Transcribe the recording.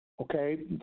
Okay